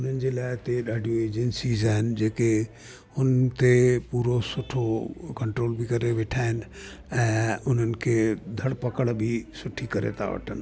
हुननि जे लाइ हिते ॾाढियूं एजेंसीस आहिनि जेके हुननि ते पूरो सुठो कंट्रोल बि करे वेठा आहिनि ऐं उन्हनि खे धर पकड़ बि सुठी करे था वठनि